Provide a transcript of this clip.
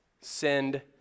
Send